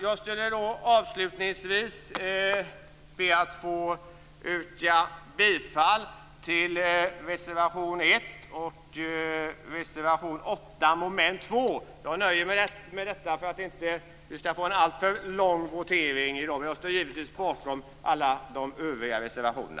Jag skall avslutningsvis be att få yrka bifall till reservationen 1 och reservationen 8 under mom. 2. Jag nöjer mig med detta för att vi inte skall få en alltför lång votering i dag, men jag står givetvis bakom alla våra övriga reservationer.